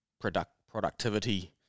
productivity